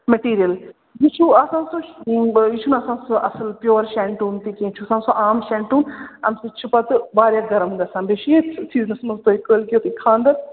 material یہِ چھُو آسان سُہ یہِ چھُنہٕ آسان سُہ اَصٕل پیُور شینٹوٗن تہِ کیٚنٛہہ چھُ آسان سُہ عام شینٹوٗن اَمۍ سۭتۍ چھِ پَتہٕ واریاہ گرم گژھان بیٚیہِ چھُ ییٚتھۍ سیٖزنَس منٛز تۄہہِ کٲلۍکٮ۪تھٕے خانٛدَر